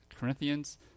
Corinthians